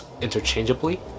interchangeably